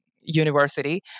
university